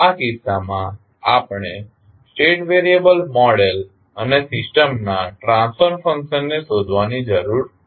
આ કિસ્સામાં આપણે સ્ટેટ વેરિયેબલ મોડેલ અને સિસ્ટમના ટ્રાન્સફર ફંકશનને શોધવાની જરૂર છે